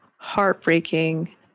heartbreaking